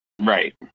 Right